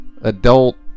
Adult